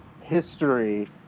history